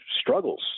struggles